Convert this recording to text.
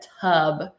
tub